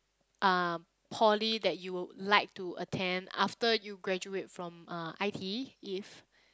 um poly that you would like to attend after you graduate from uh I_T_E if